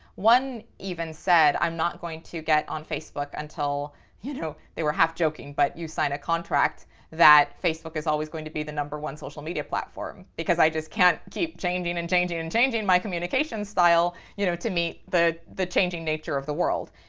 one even said, i'm not going to get on facebook until you know, they were half joking but you sign a contract that facebook is always going to be the number one social media platform because i just can't keep changing and changing and changing my communications style, you know, to meet the the changing nature of the world.